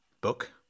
book